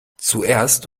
zuerst